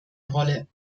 rolle